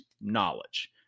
knowledge